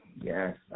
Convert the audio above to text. Yes